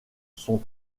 sont